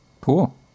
Cool